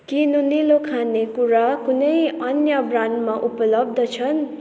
के नुनिलो खानेकुरा कुनै अन्य ब्रान्डमा उपलब्ध छन्